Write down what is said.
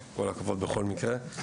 אבל בכל מקרה כל הכבוד.